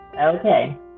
Okay